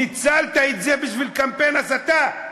ניצלת את זה בשביל קמפיין הסתה,